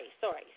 sorry